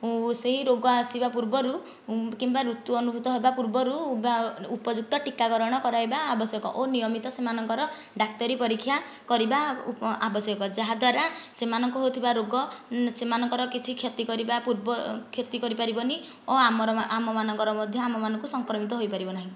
ସେଇ ରୋଗ ଆସିବା ପୂର୍ବରୁ କିମ୍ବା ଋତୁ ଅନୁଭୂତ ହେବା ପୂର୍ବରୁ ବା ଉପଯୁକ୍ତ ଟୀକାକରଣ କରାଇବା ଆବଶ୍ୟକ ଓ ନିୟମିତ ସେମାନଙ୍କର ଡାକ୍ତରୀ ପରୀକ୍ଷା କରିବା ଆବଶ୍ୟକ ଯାହାଦ୍ୱାରା ସେମାନଙ୍କୁ ହେଉଥିବା ରୋଗ ସେମାନଙ୍କର କିଛି କ୍ଷତି କରିବା ପୂର୍ବରୁ କ୍ଷତି କରିପାରିବ ନି ଓ ଆମ ମାନଙ୍କର ମଧ୍ୟ ଆମମାନଙ୍କୁ ସଂକ୍ରମିତ ହୋଇପାରିବ ନାହିଁ